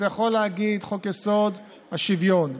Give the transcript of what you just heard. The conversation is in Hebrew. אתה יכול להגיד: חוק-יסוד: השוויון,